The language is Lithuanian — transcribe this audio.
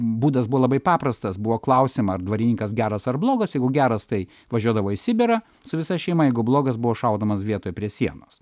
būdas buvo labai paprastas buvo klausiama ar dvarininkas geras ar blogas jeigu geras tai važiuodavo į sibirą su visa šeima jeigu blogas buvo šaudamas vietoj prie sienos